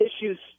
issues